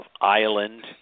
island